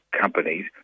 companies